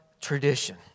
tradition